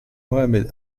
mohammed